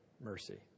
mercy